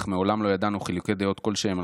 אך מעולם לא ידענו חילוקי דעות כלשהם על